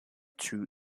two